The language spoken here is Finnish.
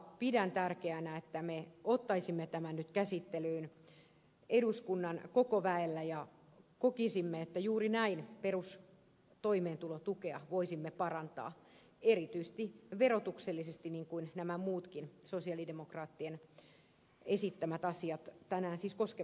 pidän tärkeänä että me ottaisimme tämän nyt käsittelyyn eduskunnan koko väellä ja parantaisimme perustoimeentulotukea erityisesti verotuksellisesti niin kuin muutkin sosialidemokraattien esittämät verotusta koskevat asiat tekevät